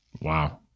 Wow